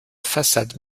façade